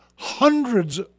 Hundreds